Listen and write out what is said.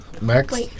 Max